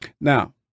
Now